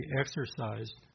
exercised